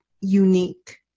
unique